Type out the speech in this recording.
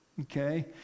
Okay